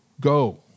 Go